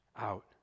out